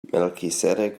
melchizedek